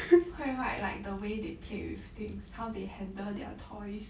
会 right like the way they play with things how they handle their toys